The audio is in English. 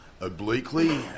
obliquely